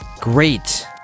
great